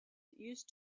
used